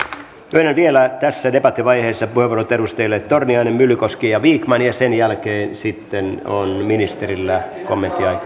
myönnän vielä tässä debattivaiheessa puheenvuorot edustajille torniainen myllykoski ja vikman ja sen jälkeen sitten on ministerillä kommenttiaika